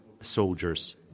soldiers